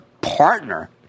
partner